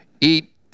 eat